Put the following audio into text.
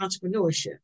entrepreneurship